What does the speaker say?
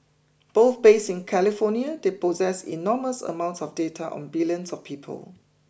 both based in California they possess enormous amounts of data on billions of people